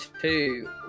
two